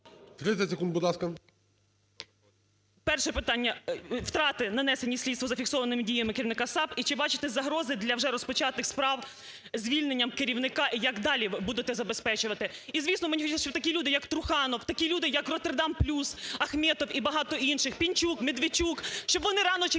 Перше питання. Втрати нанесені слідству зафіксованими діями керівника САП. І чи бачите загрози для вже розпочатих справ з звільненням керівника? І як далі будете забезпечувати? І звісно мені хотілося б, щоб такі люди як Труханов, такі люди як "Роттердам+", Ахмєтов і багато інших, Пінчук, Медведчук, щоб вони рано чи пізно